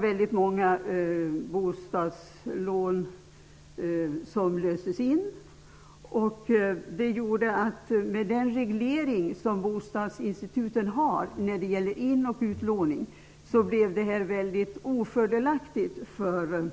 Väldigt många bostadslån löstes in. På grund av den reglering som bostadsinstituten har när det gäller in och utlåning blev det här väldigt ofördelaktigt för